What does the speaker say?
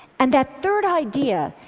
and that third idea,